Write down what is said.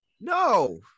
No